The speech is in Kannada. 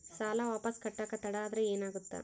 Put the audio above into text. ಸಾಲ ವಾಪಸ್ ಕಟ್ಟಕ ತಡ ಆದ್ರ ಏನಾಗುತ್ತ?